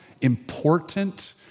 important